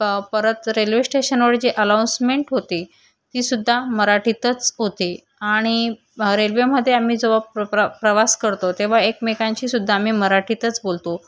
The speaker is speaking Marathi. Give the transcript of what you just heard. पर परत रेल्वे स्टेशनवर जी अलाउंसमेंट होते तीसुद्धा मराठीतच होते आणि रेल्वेमदे आम्ही ज प्रवास करतो तेव्हा एकमेकांशी सुद्धा आम्ही मराठीतच बोलतो